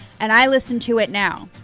and i listen to it now.